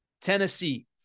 Tennessee